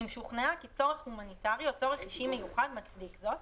אם שוכנעה כי צורך הומניטרי או צורך אישי מיוחד מצדיק זאת,